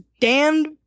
damned